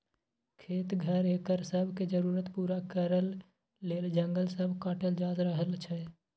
खेत, घर, एकर सब के जरूरत पूरा करइ लेल जंगल सब काटल जा रहल छै